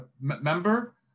member